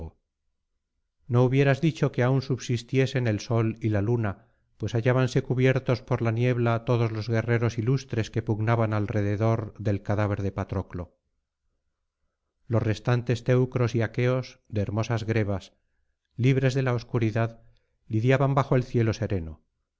no hubieras dicho que aun subsistiesen el sol y luna pues hallábanse cubiertos por la niebla todos los guerreros ilustres que pugnaban alrededor del cadáver de patroclo los restantes teucros y aqueos de hermosas grebas libres de la obscuridad lidiaban bajo el cielo sereno